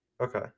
Okay